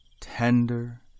tender